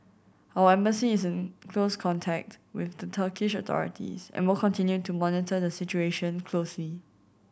our Embassy is in close contact with the Turkish authorities and will continue to monitor the situation closely